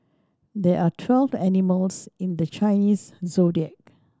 there are twelve animals in the Chinese Zodiac